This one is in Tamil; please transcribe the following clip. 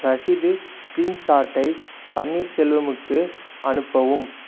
ரசீது ஸ்க்ரீன் ஷாட்டை பன்னீர்செல்வமுக்கு அனுப்பவும்